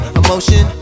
emotion